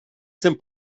zen